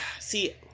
See